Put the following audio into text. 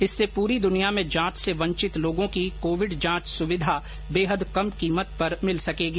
इससे पूरी दुनिया में जांच से वंचित लोगों की कोविड जांच सुविधा बेहद कम कीमत पर मिल सकेगी